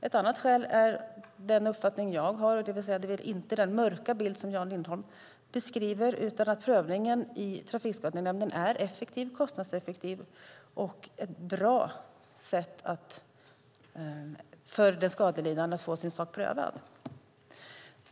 Ett annat skäl är, enligt min uppfattning - det vill säga inte den mörka bild som Jan Lindholm beskriver - att prövningen i Trafikskadenämnden är kostnadseffektiv och ett bra sätt för den skadelidande att få sin sak prövad.